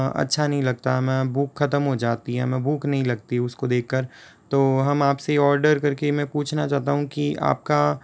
अच्छा नहीं लगता हमें भूख खत्म हो जाती है हमें भूख नहीं लगती उसको देखकर तो हम आपसे ऑर्डर करके मैं पूछना चाहता हूँ कि आपका